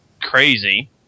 crazy